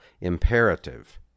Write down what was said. imperative